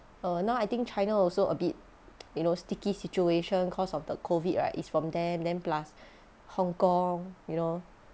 err now I think china also a bit you know sticky situation cause of the COVID right it's from there and then plus hong kong you know